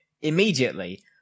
immediately